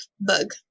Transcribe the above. bug